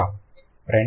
ka